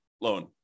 loan